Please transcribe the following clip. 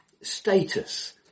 status